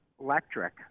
electric